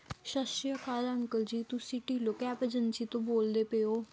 ਸਤਿ ਸ਼੍ਰੀ ਅਕਾਲ ਅੰਕਲ ਜੀ ਤੁਸੀਂ ਢਿੱਲੋ ਕੈਬ ਏਜੰਸੀ ਤੋਂ ਬੋਲਦੇ ਪਏ ਹੋ